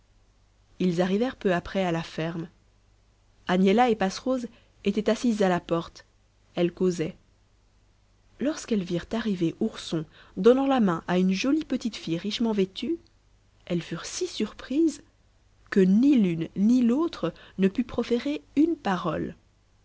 ils arrivèrent peu après à la ferme agnella et passerose étaient assises à la porte elles causaient lorsqu'elles virent arriver ourson donnant la main à une jolie petite fille richement vêtue elles furent si surprises que ni l'une ni l'autre ne put proférer une parole